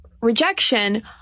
rejection